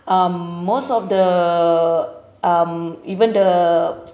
um most of the um even the